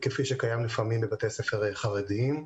כפי שקיים לפעמים בבתי ספר חרדיים.